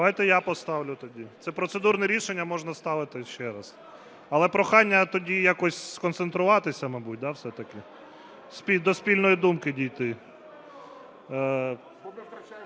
Давайте я поставлю тоді. Це процедурне рішення, можна ставити ще раз. Але прохання тоді якось сконцентруватися, мабуть, все-таки, до спільної думки дійти.